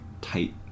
tight